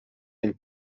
end